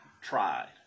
tried